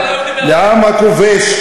לעם הכובש,